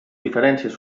diferències